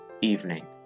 evening